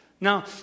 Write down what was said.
Now